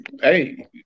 hey